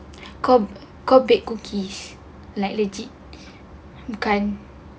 co~ cobalt cookies like legit bukan